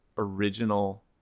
original